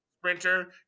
sprinter